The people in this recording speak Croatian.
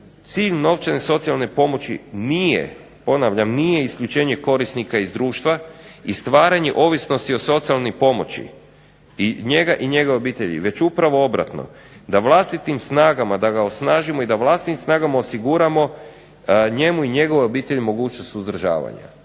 cilj novčane socijalne pomoći nije, ponavljam nije isključenje korisnika iz društva i stvaranje ovisnosti o socijalnoj pomoći i njega i njegove obitelji već upravo obratno, da vlastitim snagama da ga osnažimo i da vlastitim snagama osiguramo njemu i njegovoj obitelji mogućnost uzdržavanja.